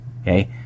Okay